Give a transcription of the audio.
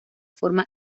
forma